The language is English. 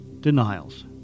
denials